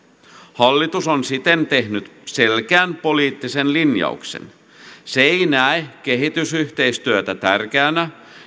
hallitus on siten tehnyt selkeän poliittisen linjauksen se ei näe kehitysyhteistyötä tärkeänä